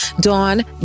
Dawn